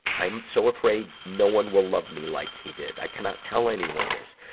i'm so afraid no one will love me like he did. i cannot tell anyone this.